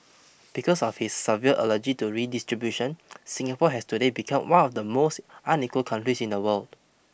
because of his severe allergy to redistribution Singapore has today become one of the most unequal countries in the world